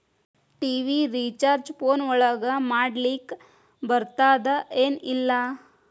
TV recharge phone ಒಳಗ ಮಾಡ್ಲಿಕ್ ಬರ್ತಾದ ಏನ್ ಇಲ್ಲ?